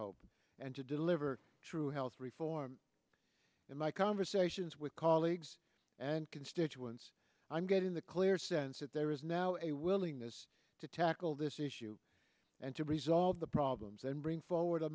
hope and to deliver true health reform in my conversations with colleagues and constituents i'm getting the clear sense that there is now a willingness to tackle this issue and to resolve the problems and bring forward a